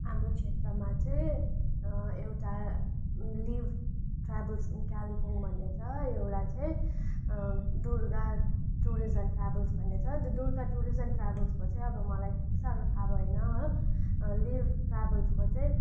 हाम्रो क्षेत्रमा चाहिँ एउटा लिभ ट्राभल्स इन कालिम्पोङ भन्ने छ एउटा चाहिँ दुर्गा टुरिस्ट एन्ड ट्राभल्स भन्ने छ त्यो दुर्गा टुरिस्ट एन्ड ट्राभल्सको चाहिँ अब मलाई त्यति साह्रो थाह भएन लिभ ट्राभल्सको चाहिँ